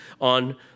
on